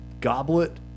goblet